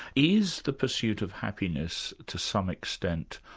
is the pursuit of happiness, to some extent,